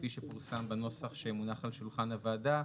כפי שפורסם בנוסח שמונח על שולחן הוועדה.